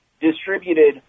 distributed